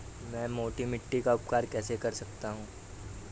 मैं मोटी मिट्टी का उपचार कैसे कर सकता हूँ?